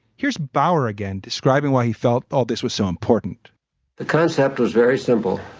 here's bauer again describing why he felt all this was so important the concept was very simple.